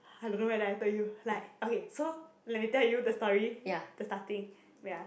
I don't know whether I told you like okay so let me tell you the story the starting